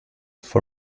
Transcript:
for